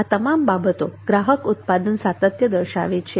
આ તમામ બાબતો ગ્રાહક ઉત્પાદન સાતત્ય દર્શાવે છે